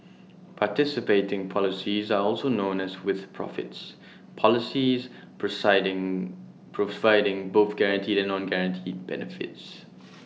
participating policies are also known as 'with profits' policies providing both guaranteed and non guaranteed benefits